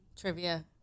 trivia